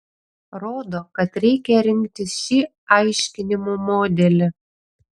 rodo kad reikia rinktis šį aiškinimo modelį